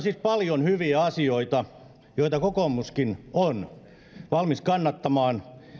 siis paljon hyviä asioita joita kokoomuskin on ollut valmis kannattamaan